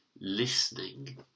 listening